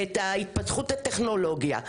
ואת ההתפתחות הטכנולוגית.